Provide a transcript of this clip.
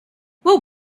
well